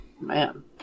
Man